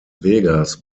vegas